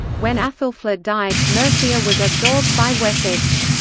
when athelflaed died, mercia was absorbed by wessex.